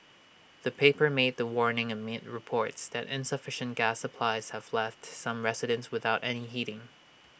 the paper made the warning amid reports that insufficient gas supplies have left some residents without any heating